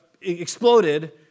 exploded